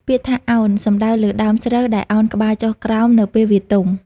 ពាក្យថា «ឱន» សំដៅលើដើមស្រូវដែលឱនក្បាលចុះក្រោមនៅពេលវាទុំ។